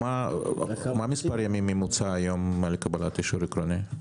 מה מספר ימים ממוצע היום לקבלת אישור עקרוני?